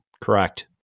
Correct